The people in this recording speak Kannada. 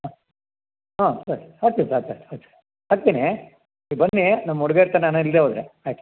ಹಾಂ ಹಾಂ ಸರಿ ಹಾಕ್ತಿವಿ ಸರ್ ಹಾಕ್ತೆ ಆಯ್ತು ಹಾಕ್ತೆನೇ ಬನ್ನಿ ನಮ್ಮ ಉಡ್ಗೆತನನ ಇಲ್ದೆ ಹೋದರೆ ಹಾಕಿ